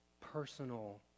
personal